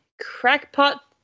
crackpot